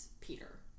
Peter